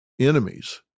enemies